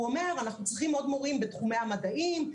והוא אומר שצריכים עוד מורים בתחומי המדעים,